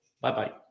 Bye-bye